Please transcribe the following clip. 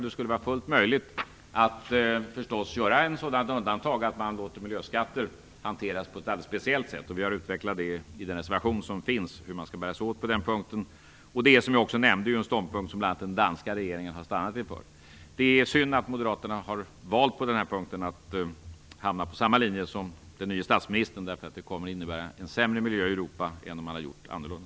Det skulle vara fullt möjligt att göra ett undantag, så att man låter miljöskatter hanteras på ett speciellt sätt. Vi har i en reservation utvecklat hur man skall bära sig åt på den punkten. Det är, som jag nämnde, en ståndpunkt som bl.a. den danska regeringen har stannat inför. Det är synd att Moderaterna på den här punkten har valt att gå på samma linje som den nye statsministern, därför att det kommer att innebära en sämre miljö i Europa än om man hade gjort annorlunda.